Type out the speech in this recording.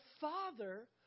Father